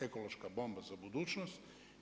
Ekološka bomba za budućnost.